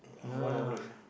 I wanna hundred ya